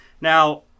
now